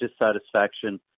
dissatisfaction